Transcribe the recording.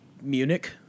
Munich